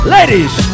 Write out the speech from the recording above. Ladies